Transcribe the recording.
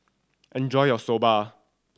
enjoy your Soba